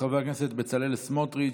חבר הכנסת בצלאל סמוטריץ,